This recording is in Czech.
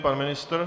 Pan ministr?